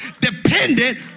dependent